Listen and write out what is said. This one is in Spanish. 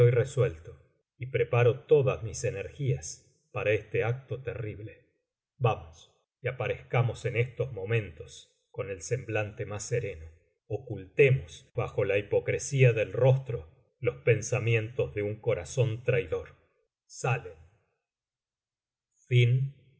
resuelto y preparo todas mis energías para este acto terrible vamos y aparezcamos en estos momentos con el semblante más sereno ocultemos bajo la hipocresía del rostro los pensamientos de un corazón traidor saien fin